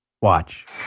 Watch